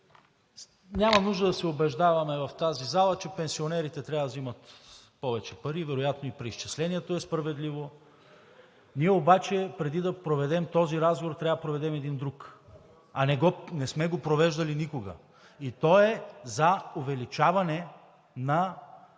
Няма нужда да се убеждаваме в тази зала, че пенсионерите трябва да вземат повече пари, вероятно и преизчислението е справедливо. Ние обаче преди да проведем този разговор, трябва да проведем един друг, а не сме го провеждали никога. И той е за увеличаване на